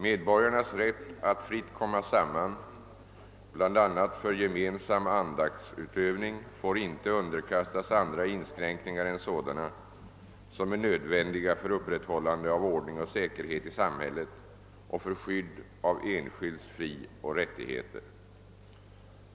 Medborgarnas rätt att fritt komma samman bl.a. för gemensam andaktsutövning får inte underkastas andra inskränkningar än sådana som är nödvändiga för upprätthållande av ordning och säkerhet i samhället och för skydd av enskilds frioch rättigheter.